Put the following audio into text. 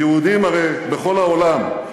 ויהודים הרי בכל העולם,